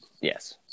Yes